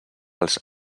els